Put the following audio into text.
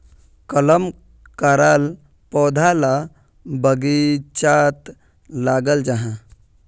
कलम कराल पौधा ला बगिचात लगाल जाहा